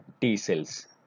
t-cells